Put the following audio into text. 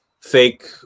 fake